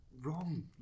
wrong